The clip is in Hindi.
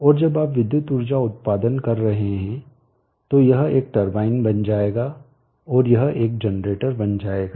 और जब आप विद्युत ऊर्जा उत्पादन कर रहे हैं तो यह एक टरबाइन बन जाएगा और यह एक जनरेटर बन जाएगा